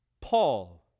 Paul